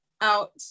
out